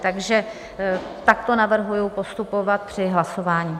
Takže takto navrhuji postupovat při hlasování.